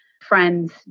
friends